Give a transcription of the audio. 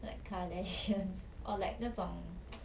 like kardashians or like 那种